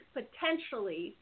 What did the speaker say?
potentially